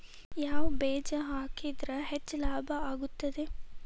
ಯಾವ ಬೇಜ ಹಾಕಿದ್ರ ಹೆಚ್ಚ ಲಾಭ ಆಗುತ್ತದೆ?